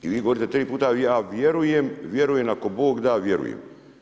I vi govorite tri puta „ja vjerujem, vjerujem ako Bog da, vjerujem“